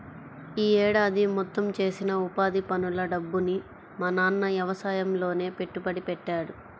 యీ ఏడాది మొత్తం చేసిన ఉపాధి పనుల డబ్బుని మా నాన్న యవసాయంలోనే పెట్టుబడి పెట్టాడు